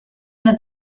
una